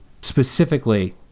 specifically